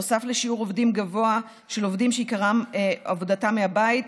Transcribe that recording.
נוסף לשיעור גבוה של עובדים שעיקר עבודתם מהבית,